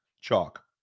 Chalk